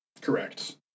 Correct